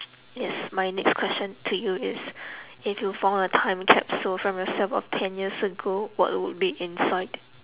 yes my next question to you is if you found a time capsule from yourself of ten years ago what would be inside